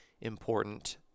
important